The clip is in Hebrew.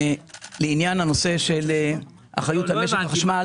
לעניין הנושא של האחריות על משק החשמל,